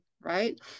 Right